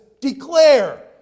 declare